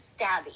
stabby